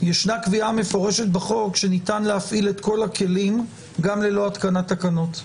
יש קביעה מפורשת בחוק שניתן להפעיל את כל הכלים גם ללא התקנת תקנות.